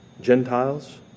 Gentiles